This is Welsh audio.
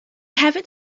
hefyd